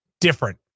different